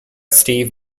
steve